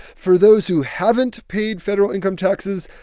for those who haven't paid federal income taxes,